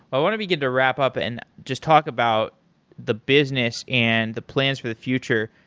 i want to begin to wrap up and just talk about the business and the plans for the future.